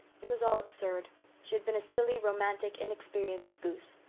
it was all absurd she had been a silly, romantic, inexperienced goose.